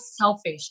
selfish